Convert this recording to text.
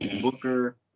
Booker